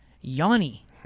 Yanni